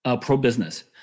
pro-business